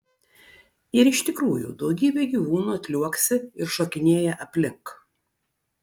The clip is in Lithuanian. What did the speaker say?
ir iš tikrųjų daugybė gyvūnų atliuoksi ir šokinėja aplink